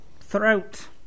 throat